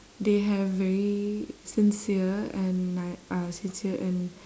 they have very sincere and like uh sincere and